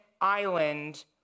island